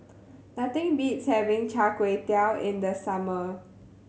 nothing beats having Char Kway Teow in the summer